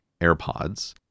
AirPods